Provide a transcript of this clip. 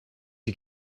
you